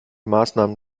maßnahmen